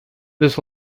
this